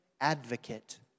advocate